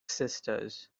sisters